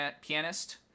pianist